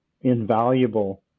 invaluable